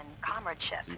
comradeship